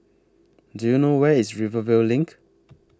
Do YOU know Where IS Rivervale LINK